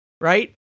right